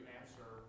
answer